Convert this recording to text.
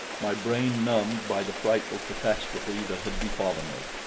my brain numbed by the frightful catastrophe that had befallen me.